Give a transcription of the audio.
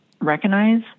recognize